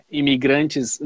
imigrantes